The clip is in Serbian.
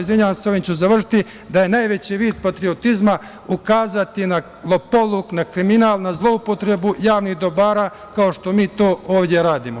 Izvinjavam se, ovim ću i završiti, smatramo da je najveći vid patriotizma ukazati na lopovluk, na kriminal, na zloupotrebu javnih dobara, kao što mi to ovde radimo.